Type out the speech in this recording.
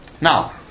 Now